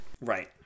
Right